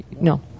No